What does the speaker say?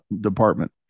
department